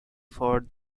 for